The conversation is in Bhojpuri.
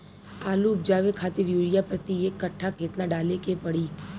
आलू उपजावे खातिर यूरिया प्रति एक कट्ठा केतना डाले के पड़ी?